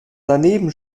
daneben